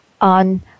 on